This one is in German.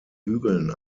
hügeln